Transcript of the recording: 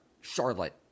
Charlotte